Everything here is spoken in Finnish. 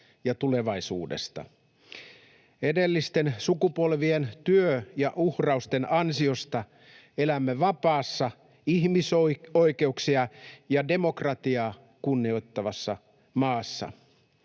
ja tulevaisuudesta. Edellisten sukupolvien työn ja uhrausten ansiosta elämme vapaassa, ihmisoikeuksia ja demokratiaa kunnioittavassa maassa.